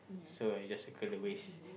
so I just circle the waste